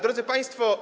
Drodzy Państwo!